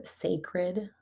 sacred